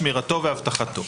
שמירתו ואבטחתו.